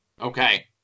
Okay